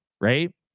right